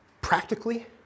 practically